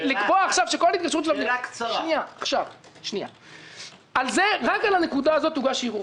רק על הנקודה הזאת הוגש ערעור.